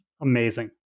amazing